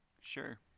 Sure